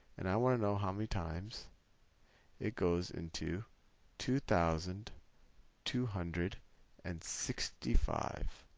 and i want to know how many times it goes into two thousand two hundred and sixty five.